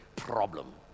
problem